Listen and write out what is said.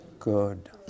good